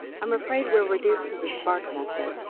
i'm afraid we're reduced to the spark method.